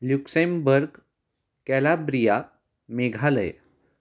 Luxembourg Calabria Meghalaya